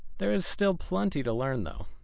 there is still plenty to learn though,